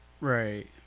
right